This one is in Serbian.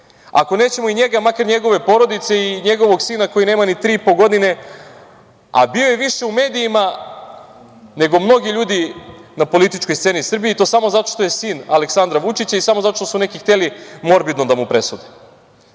Ako nećemo i njega, makar njegove porodice i njegovog sina koji nema ni tri i po godine, a bio je više u medijima nego mnogi ljudi na političkoj sceni u Srbiji i to samo zato što je sin Aleksandra Vučića i samo zato što su neki hteli morbidno da mu presude. Ovo